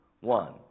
One